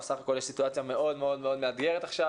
בסך הכל הסיטואציה מאוד מאוד מאתגרת עכשיו.